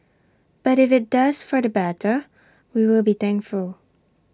but if IT does for the better we will be thankful